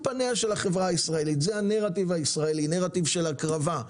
זה הנרטיב הישראלי, נרטיב של הקרבה.